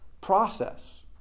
process